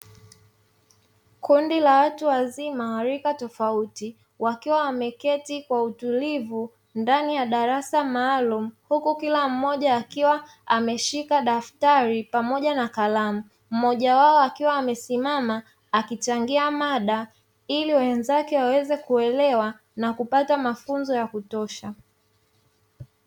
Kundi la watu wazima wa rika tofauti wakiwa wameketi kwa utulivu ndani ya darasa maalumu huku kila mmoja ameshika daftari pamoja na kalamu, mmoja wao akiwa amesimama akichangia mada ili wenzake waweze kuelewa na kupata mafunzo ya kutosha.